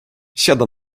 siada